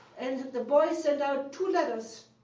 and the boy sent out two letters,